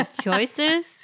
choices